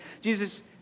Jesus